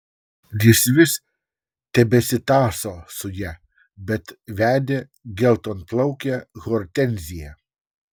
jis vis tebesitąso su ja bet vedė geltonplaukę hortenziją